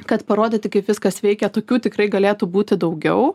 kad parodyti kaip viskas veikia tokių tikrai galėtų būti daugiau